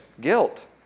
guilt